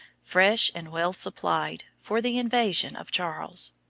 fresh and well supplied, for the invasion of charles.